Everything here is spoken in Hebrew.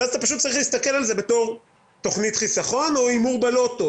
אתה פשוט צריך להסתכל על זה כתוכנית חיסכון או הימור בלוטו,